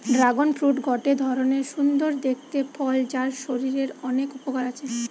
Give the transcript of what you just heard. dragon fruit গটে ধরণের সুন্দর দেখতে ফল যার শরীরের অনেক উপকার আছে